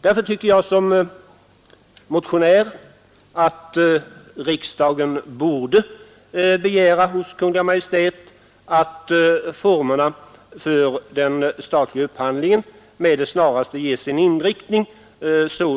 Därför tycker jag som motionär att riksdagen borde begära hos Kungl. Maj:t att formerna för den statliga upphandlingen med det snaraste ges en sådan inriktning